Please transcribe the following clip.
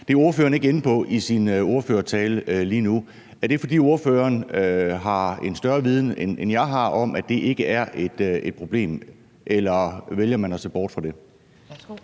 Det kom ordføreren ikke ind på i sin ordførertale. Var det, fordi ordføreren har en større viden, end jeg har, om, at det ikke er et problem, eller vælger man at se bort fra det?